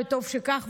וטוב שכך,